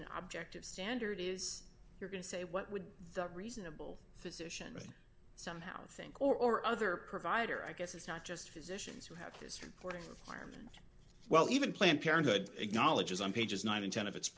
an objective standard is you're going to say what would the reasonable physician somehow think or other provider i guess it's not just physicians who have this reporting for harman well even planned parenthood acknowledges on pages nine and ten of it